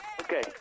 Okay